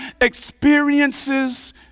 experiences